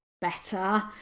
better